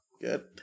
good